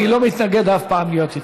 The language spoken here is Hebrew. אני לא מתנגד אף פעם להיות איתך.